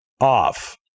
off